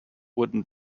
wooden